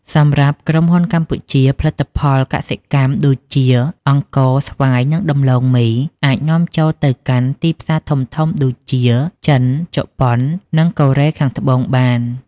សម្រាប់ក្រុមហ៊ុនកម្ពុជា ផលិតផលកសិកម្មដូចជា អង្ករ ស្វាយ និងដំឡូងមី អាចនាំចូលទៅកាន់ទីផ្សារធំៗដូចជា ចិន ជប៉ុន និងកូរ៉េខាងត្បូងបាន។